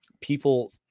people